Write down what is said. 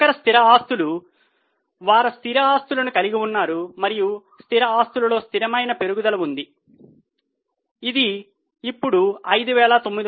నికర స్థిర ఆస్తులు వారు స్థిర ఆస్తులను కలిగి ఉన్నారు మరియు స్థిర ఆస్తులలో స్థిరమైన పెరుగుదల ఉంది ఇది ఇప్పుడు 5909